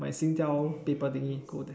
my Singtel paper thingy go there